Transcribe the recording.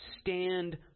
stand